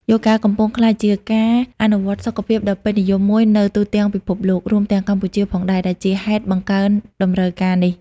យូហ្គាកំពុងក្លាយជា ការអនុវត្តន៍សុខភាពដ៏ពេញនិយមមួយនៅទូទាំងពិភពលោក រួមទាំងកម្ពុជាផងដែរ ដែលជាហេតុបង្កើនតម្រូវការនេះ។